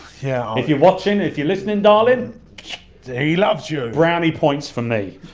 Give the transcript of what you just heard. yeah if you're watching, if you're listening darling he loves you. brownie points for me.